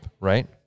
right